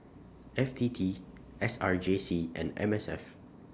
F T T S R J C and M S F